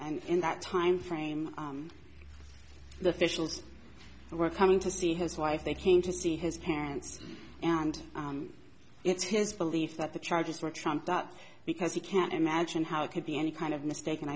and in that time frame the officials were coming to see his wife they came to see his parents and it's his belief that the charges were trumped up because he can't imagine how it could be any kind of mistaken